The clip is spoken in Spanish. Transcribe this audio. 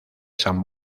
san